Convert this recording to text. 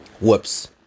Whoops